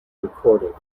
recorded